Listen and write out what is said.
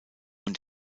und